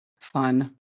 fun